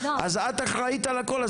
אז את אחראית על הכול,